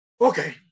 Okay